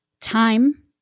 time